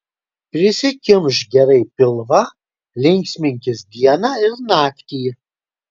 prisikimšk gerai pilvą linksminkis dieną ir naktį